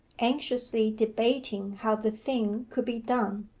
anxiously debating how the thing could be done.